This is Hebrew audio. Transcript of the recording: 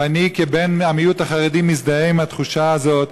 ואני, כבן המיעוט החרדי, מזדהה עם התחושה הזאת,